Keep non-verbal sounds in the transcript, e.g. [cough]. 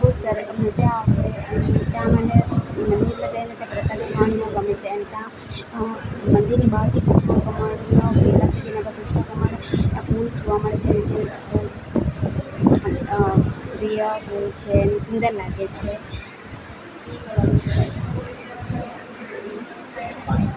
બહુ સરસ મજા આવે ત્યાં મને મંદિર જઈને પ્રસાદી ખાવાનું બહુ ગમે છે ને જ્યાં [unintelligible] રિયલ હોય છે અને સુંદર લાગે છે